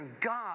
God